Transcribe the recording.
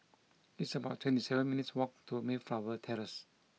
it's about twenty seven minutes' walk to Mayflower Terrace